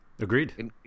Agreed